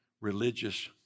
religious